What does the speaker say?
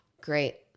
Great